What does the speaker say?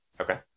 Okay